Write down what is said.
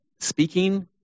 speaking